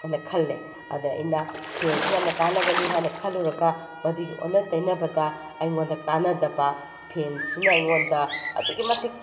ꯑꯅ ꯈꯜꯂꯦ ꯑꯗ ꯑꯩꯅ ꯐꯦꯟꯁꯤ ꯌꯥꯝꯅ ꯀꯥꯟꯅꯒꯅꯤ ꯍꯥꯏꯅ ꯈꯜꯂꯨꯔꯒ ꯃꯗꯨꯒꯤ ꯑꯣꯟꯅ ꯇꯩꯅꯕꯗ ꯑꯩꯉꯣꯟꯗ ꯀꯥꯟꯅꯗꯕ ꯐꯦꯟꯁꯤꯅ ꯑꯩꯉꯣꯟꯗ ꯑꯗꯨꯛꯀꯤ ꯃꯇꯤꯛ